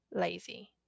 lazy